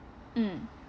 mm